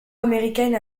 américaine